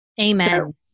Amen